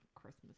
christmas